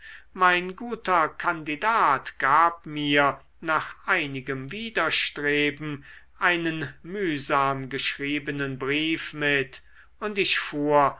mein guter kandidat gab mir nach einigem widerstreben einen mühsam geschriebenen brief mit und ich fuhr